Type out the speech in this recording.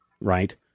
right